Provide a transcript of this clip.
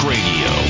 Radio